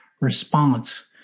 response